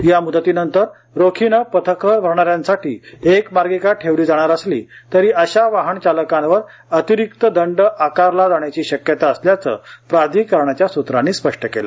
या मुदतीनंतर रोखीने पथकर भरणाऱ्यांसाठी एक मार्गिका ठेवली जाणार असली तरी अशा वाहन चालकांवर अतिरिक्त दंड आकारला जाण्याची शक्यता असल्याचं प्राधिकरणाच्या सूत्रांनी स्पष्ट केलं